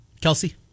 Kelsey